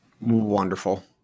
Wonderful